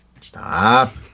Stop